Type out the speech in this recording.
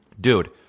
Dude